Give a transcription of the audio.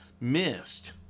missed